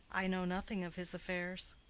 i know nothing of his affairs.